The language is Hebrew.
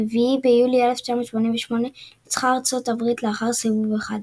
ביולי 1988 ניצחה ארצות הברית לאחר סיבוב אחד.